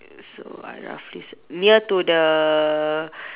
so I roughly cir~ near to the